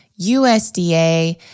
USDA